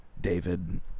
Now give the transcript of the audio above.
David